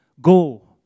Go